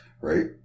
Right